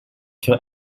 kill